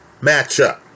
matchup